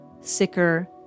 sicker